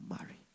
marry